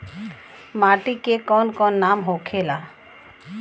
माटी के कौन कौन नाम होखेला?